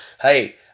Hey